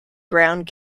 ground